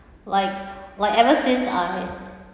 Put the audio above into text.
like like ever since I